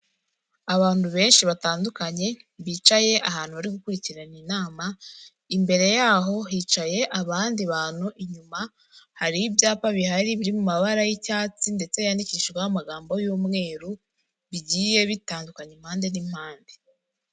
Abantu benshi batandukanye bicaye ahantu bari gukurikirana inama, imbere yaho hicaye abandi bantu, inyuma hari ibyapa bihari biri mu mabara y'icyatsi ndetse yandikishijweho amagambo y'umweru bigiye bitandukanya impande n'impande.